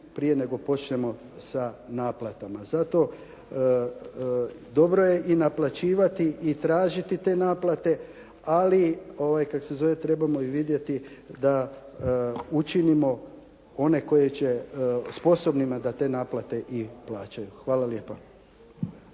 prije nego počnemo sa naplatama. Zato, dobro je naplaćivati i tražiti te naplate ali treba i vidjeti da učinimo one koji će sposobnima da te naplate i plaćaju. Hvala lijepa.